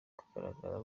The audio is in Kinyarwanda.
kugaragara